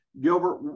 Gilbert